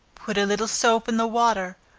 put a little soap in the water,